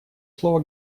слово